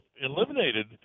eliminated